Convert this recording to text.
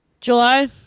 July